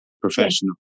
professional